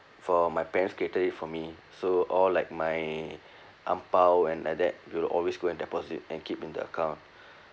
for my parents created it for me so all like my ang pow and like that will always go and deposit and keep in the account